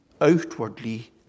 outwardly